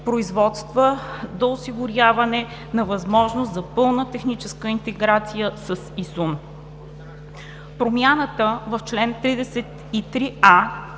производства до осигуряване на възможност за пълна техническа интеграция с ИСУН. Промяната в чл. 33а,